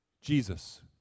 Jesus